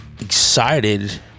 excited